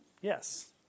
Yes